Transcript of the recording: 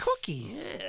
cookies